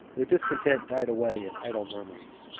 their discontent died away in idle murmurs,